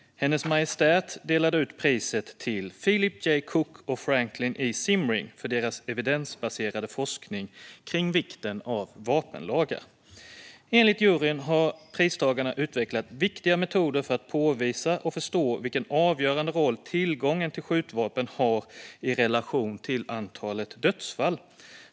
Hennes Majestät delade ut priset till Philip J Cook och Franklin E Zimring för deras evidensbaserade forskning kring vikten av vapenlagar. Enligt juryn har pristagarna utvecklat viktiga metoder för att påvisa och förstå vilken avgörande roll tillgången till skjutvapen har i relation till antalet dödsfall.